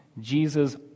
Jesus